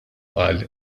qal